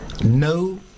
No